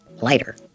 lighter